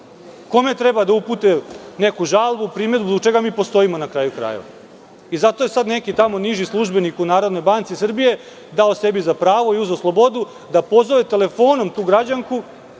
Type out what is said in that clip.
Kome treba da upute neku žalbu, primedbu? Zbog čega mi postoji, na kraju krajeva? Sada je tamo neki niži službenik u Narodnoj banci Srbije dao sebi za pravo i uzeo slobodu da pozove telefonom tu građanku